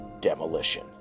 demolition